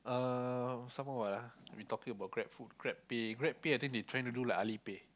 um some more what ah we talking about Grab food Grab pay Grab pay I think they trying to do like Alipay